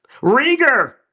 Rieger